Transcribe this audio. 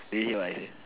really what I say